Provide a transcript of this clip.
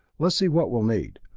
let's see what we'll need.